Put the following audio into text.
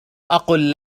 أقل